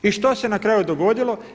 I što se na kraju dogodilo?